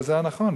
וזה הנכון,